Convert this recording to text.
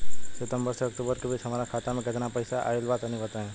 सितंबर से अक्टूबर के बीच हमार खाता मे केतना पईसा आइल बा तनि बताईं?